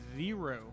zero